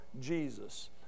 Jesus